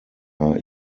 are